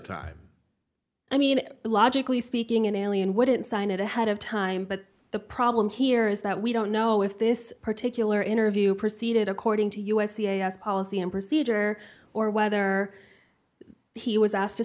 time i mean it logically speaking an alien wouldn't sign it ahead of time but the problem here is that we don't know if this particular interview proceeded according to u s c s policy and procedure or whether he was asked to